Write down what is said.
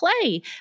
play